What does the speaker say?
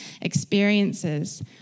experiences